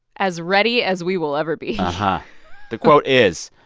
as ready as we will ever be but the quote is,